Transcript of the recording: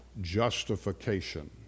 justification